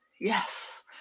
Yes